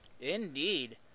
Indeed